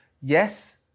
Yes